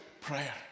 prayer